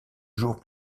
jours